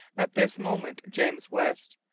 at this moment, james west,